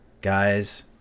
guys